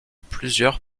plusieurs